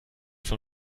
von